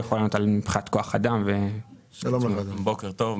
בוקר טוב.